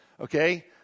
Okay